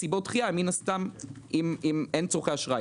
אם אין צורכי אשראי,